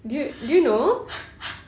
do you do you know